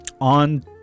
on